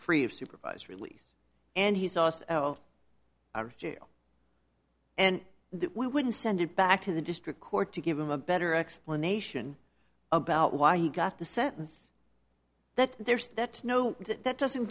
free of supervised release and he's lost and that we wouldn't send it back to the district court to give him a better explanation about why he got the sentence that there's that no that doesn't